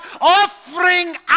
offering